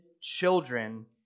children